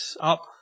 up